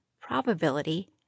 probability